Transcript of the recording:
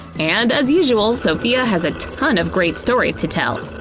and as usual sophia has a ton of great stories to tell!